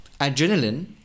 Adrenaline